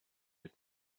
від